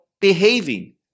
behaving